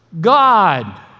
God